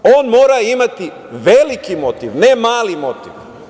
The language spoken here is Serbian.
On mora imati veliki motiv, ne mali motiv.